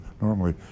normally